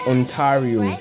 Ontario